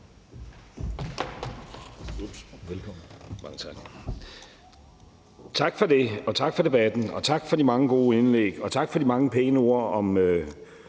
tak for det. Tak for debatten, tak for de mange gode indlæg, og tak for de mange pæne ord om